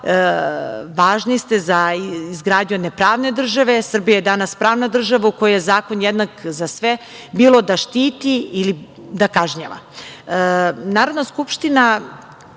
Važni ste za izgradnju jedne pravne države. Srbija je danas pravna država u kojoj je zakon jednak za sve, bilo da štiti ili da kažnjava. Narodna skupština,